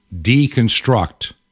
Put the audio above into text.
deconstruct